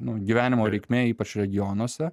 nu gyvenimo reikmė ypač regionuose